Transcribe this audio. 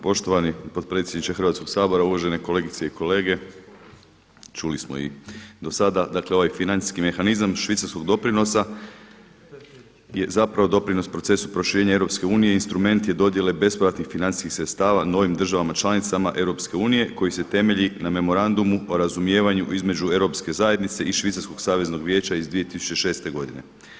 Poštovani potpredsjedniče Hrvatskog sabora, uvažene kolegice i kolege, čuli smo i do sada, dakle ovaj financijski mehanizam švicarskog doprinosa je zapravo doprinos procesu proširenja EU i instrument je dodjele bespovratnih financijskih sredstava novim državama članicama EU koji se temelji na Memorandumu o razumijevanju između Europske zajednice i Švicarskog saveznog vijeća iz 2006. godine.